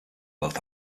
both